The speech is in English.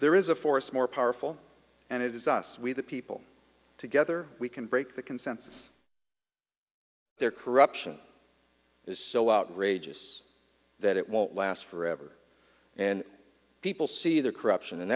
there is a force more powerful and it is us we the people together we can break the consensus their corruption is so outrageous that it won't last forever and people see their corruption and